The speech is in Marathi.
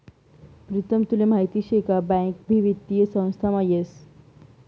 प्रीतम तुले माहीत शे का बँक भी वित्तीय संस्थामा येस